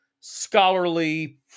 scholarly